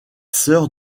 sœur